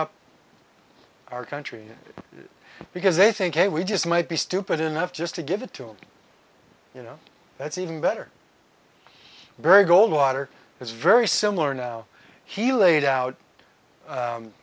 up our country because they think hey we just might be stupid enough just to give it to him you know that's even better barry goldwater is very similar now he laid out